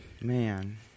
man